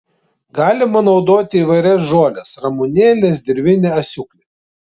galima naudoti įvairias žoles ramunėles dirvinį asiūklį